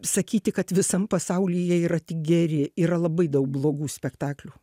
sakyti kad visam pasaulyje yra tik geri yra labai daug blogų spektaklių